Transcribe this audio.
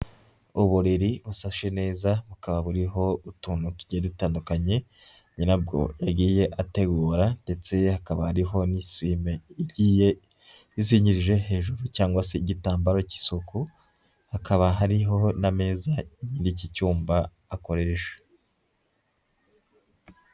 Uburiri busashe neza bukaba buriho utuntu tugiye dutandukanye nyirabwo yagiye ategura ndetse hakaba hariho n'isuwime igiye izingirije hejuru cyangwa se igitambaro cy'isuku. Hakaba hariho n'ameza nyiri iki cyumba akoresha.